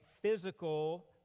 physical